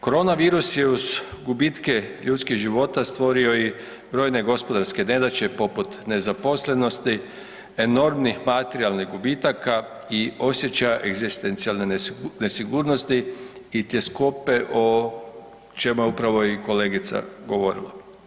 Koronavirus je uz gubitke ljudskih života stvorio i brojne gospodarske nedaće poput nezaposlenosti, enormnih materijalnih gubitaka i osjećaja egzistencijalne nesigurnosti i tjeskobe o čemu je upravo i kolegica govorila.